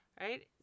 right